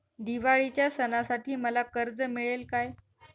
दिवाळीच्या सणासाठी मला कर्ज मिळेल काय?